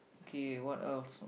okay what else